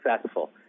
successful